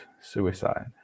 suicide